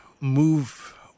move